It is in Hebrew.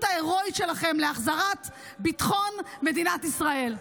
ההירואית שלכם להחזרת ביטחון מדינת ישראל.